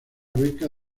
beca